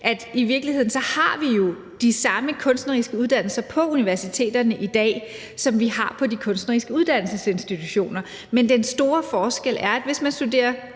– i virkeligheden har vi jo de samme kunstneriske uddannelser på universiteterne i dag, som vi har på de kunstneriske uddannelsesinstitutioner, men den store forskel er, groft sagt, at hvis man studerer